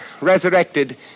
resurrected